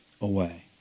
away